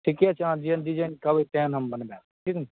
ठीके छै अहाँ जेहन डिजाइन कहबै तेहन हम बनबा देब ठीक ने